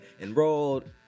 enrolled